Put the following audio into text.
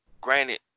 granted